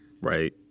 right